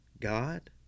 God